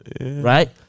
right